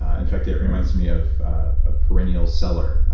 ah in fact, it reminds me of a perennial seller,